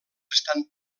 estan